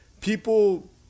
people